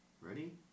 Ready